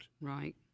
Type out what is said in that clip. Right